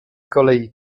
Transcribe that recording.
kolei